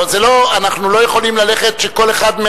אנחנו לא יכולים שכל אחד,